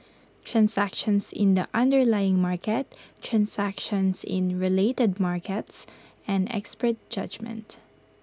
transactions in the underlying market transactions in related markets and expert judgement